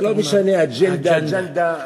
זה לא משנה, אג'נדה, אגָ'נדה.